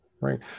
Right